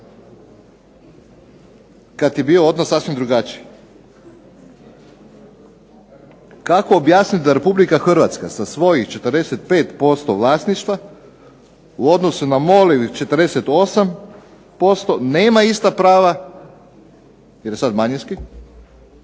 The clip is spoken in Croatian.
kad je odnos bio sasvim drugačiji. Kako objasniti da Republika Hrvatska sa svojih 45% vlasništva u odnosu na MOL-ovih 48% nema ista prava, jer je sad manjinski,